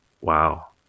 Wow